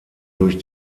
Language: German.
durch